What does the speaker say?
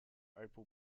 opel